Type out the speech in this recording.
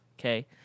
Okay